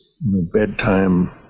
bedtime